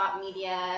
media